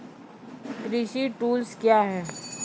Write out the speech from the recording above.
कृषि टुल्स क्या हैं?